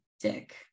Dick